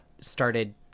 started